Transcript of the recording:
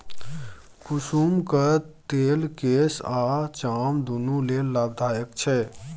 कुसुमक तेल केस आ चाम दुनु लेल लाभदायक छै